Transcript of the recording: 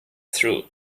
through